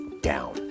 down